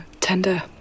tender